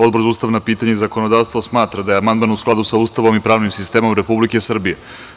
Odbor za ustavna pitanja i zakonodavstvo smatra da je amandman u skladu sa Ustavom i pravnim sistemom Republike Srbije.